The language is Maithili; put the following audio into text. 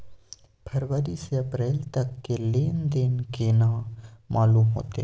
फरवरी से अप्रैल तक के लेन देन केना मालूम होते?